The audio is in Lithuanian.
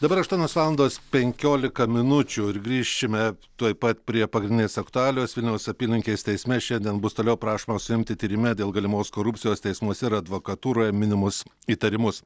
dabar aštuonios valandos penkiolika minučių ir grįšime tuoj pat prie pagrindinės aktualijos vilniaus apylinkės teisme šiandien bus toliau prašoma suimti tyrime dėl galimos korupcijos teismuose ir advokatūroje minimus įtariamus